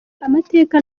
amateka